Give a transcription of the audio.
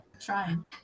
Trying